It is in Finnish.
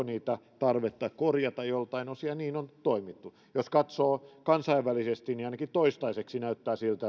niitä tarvetta korjata joiltain osin ja niin on toimittu jos katsoo kansainvälisesti niin ainakin toistaiseksi näyttää siltä